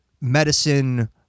medicine